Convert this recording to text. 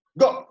go